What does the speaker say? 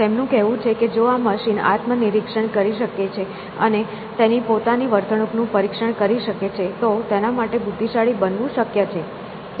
તેમનું કહેવું છે કે જો આ મશીન આત્મનિરીક્ષણ કરી શકે છે અને તેની પોતાની વર્તણૂકનું પરીક્ષણ કરી શકે છે તો તેના માટે બુદ્ધિશાળી બનવું શક્ય છે